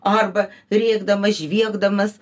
arba rėkdamas žviegdamas